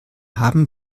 haben